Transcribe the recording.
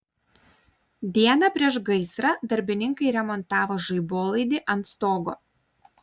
dieną prieš gaisrą darbininkai remontavo žaibolaidį ant stogo